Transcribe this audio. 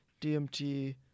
DMT